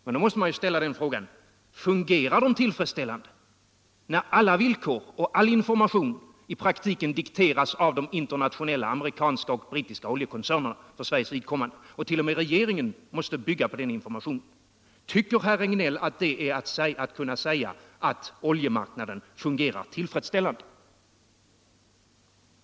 Men då måste jag ställa frågan: Fungerar den tillfredsställande, när alla villkor och all information för Sveriges vidkommande i praktiken dikteras av de internationella amerikanska och brittiska oljekoncernerna och t.o.m. regeringen måste bygga på den informationen? Tycker herr Regnéll att det då finns skäl att säga att oljemarknaden fungerar tillfredsställande?